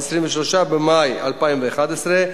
23 במאי 2011,